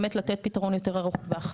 באמת לתת פתרון ארוך טווח.